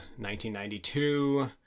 1992